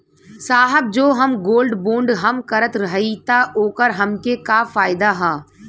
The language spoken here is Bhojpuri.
साहब जो हम गोल्ड बोंड हम करत हई त ओकर हमके का फायदा ह?